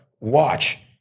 watch